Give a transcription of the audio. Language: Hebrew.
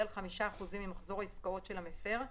על 5% ממחזור התחשבותהעסקות של המפר,